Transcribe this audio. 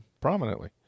prominently